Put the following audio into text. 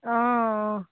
অঁ